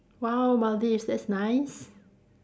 !wow! Maldives that's nice